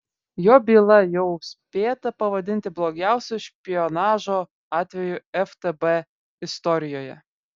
jo byla jau spėta pavadinti blogiausiu špionažo atveju ftb istorijoje